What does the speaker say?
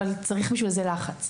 אבל צריך בשביל זה לחץ.